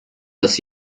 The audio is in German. das